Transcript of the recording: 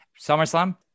SummerSlam